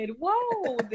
whoa